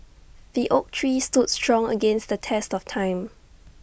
the oak tree stood strong against the test of time